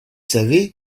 savez